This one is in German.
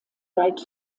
weit